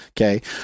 okay